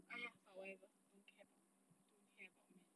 !aiya! but whatever don't care about it only care about me